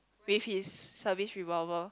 with his service revolver